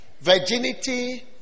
Virginity